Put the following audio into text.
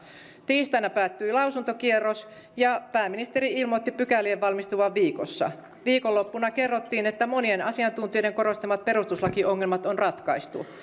tiistaina päättyi lausuntokierros ja pääministeri ilmoitti pykälien valmistuvan viikossa viikonloppuna kerrottiin että monien asiantuntijoiden korostamat perustuslakiongelmat on ratkaistu